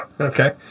Okay